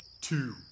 Two